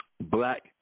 black